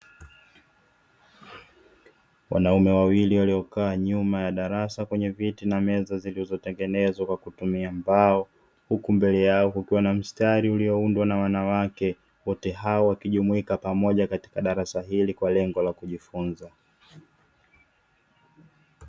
Wanaume wawili waliokaa nyuma ya darasa, kwenye viti na meza zilizotengenezwa kwa kutumia mbao, huku mbele yao kukiwa na mstari uliyoundwa na wanawake, wote hao wakijumuika pamoja katika darasa hili kwa lengo la kujifunza.